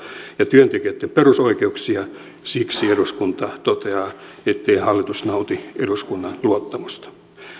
ja työntekijöitten perusoikeuksia siksi eduskunta toteaa ettei hallitus nauti eduskunnan luottamusta